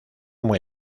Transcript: muy